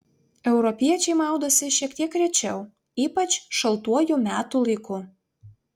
europiečiai maudosi šiek tiek rečiau ypač šaltuoju metų laiku